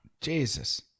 Jesus